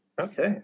Okay